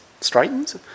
straightens